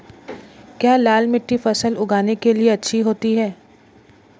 क्या लाल मिट्टी फसल उगाने के लिए अच्छी होती है?